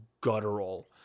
guttural